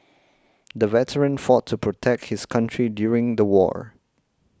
the veteran fought to protect his country during the war